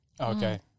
okay